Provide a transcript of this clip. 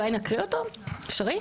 אולי נקריא אותו, זה אפשרי?